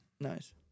Nice